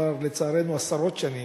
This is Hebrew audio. שכבר קיים לצערנו עשרות שנים,